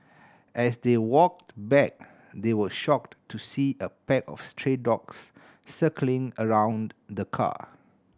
as they walked back they were shocked to see a pack of stray dogs circling around the car